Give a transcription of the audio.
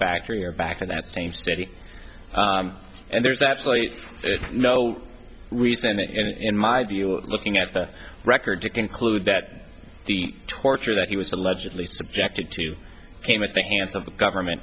factory or back to that same city and there's absolutely no reason and in my view looking at the record to conclude that the torture that he was allegedly subjected to came at the hands of the government